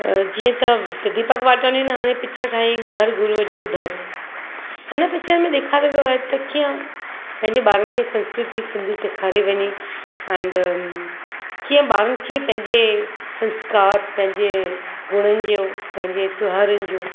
जीअं त दिपक वाटवाणी ने हाणे पिचर ठाहियाईं घरु गुरुअ जो दरु उन पिक्चर में ॾेखारियो वियो आहे त कीअं पंहिंजे ॿारनि खे संस्कृती सिंधी सेखारी वञे एंड कीअं ॿारनि खे पंहिंजे संस्कार पंहिंजे गुणनि जूं पंहिंजे त्योहारनि जूं